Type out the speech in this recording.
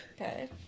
Okay